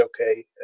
okay